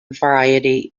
variety